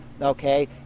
okay